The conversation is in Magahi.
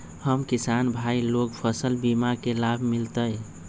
हम किसान भाई लोग फसल बीमा के लाभ मिलतई?